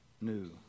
new